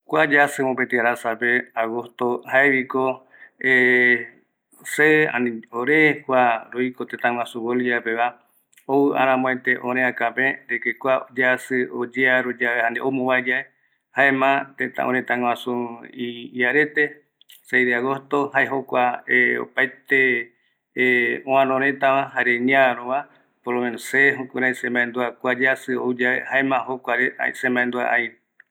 Aravitu pe ko jae uajaete yema yaji, jokua yaji pe ko ivitu yavaete jaema añono tai vae araja se ye serejairu misi, aja vae aeka seyeipe o aja aparaiki esa uajaete ivitu jayae